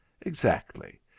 Exactly